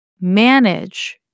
manage